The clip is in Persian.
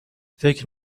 فکر